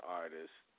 artists